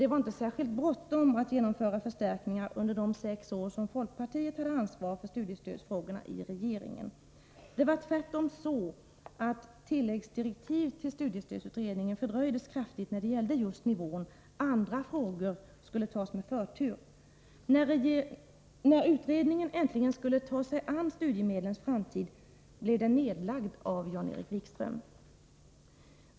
Det var inte särskilt bråttom att genomföra förstärkningar under de sex år folkpartiet hade ansvar för studiestödsfrågorna i regeringen. Det var tvärtom så, att tilläggsdirektiv till studiestödsutredningen när det gällde just nivån fördröjdes kraftigt — andra frågor skulle tas med förtur. När utredningen äntligen skulle ta sig an studiemedlens framtid blev den nedlagd av Jan-Erik Wikström.